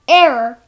error